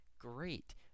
great